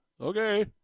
Okay